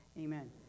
Amen